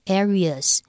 areas